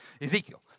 Ezekiel